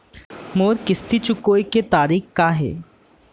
मोर किस्ती चुकोय के तारीक का हे?